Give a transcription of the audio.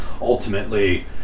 Ultimately